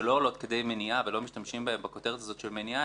שלא עולות כדי מניעה ולא משתמשים בהן בכותרת הזו של מניעה,